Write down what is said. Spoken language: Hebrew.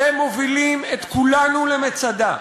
אתם מובילים את כולנו למצדה.